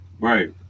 Right